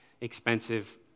expensive